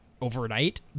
overnight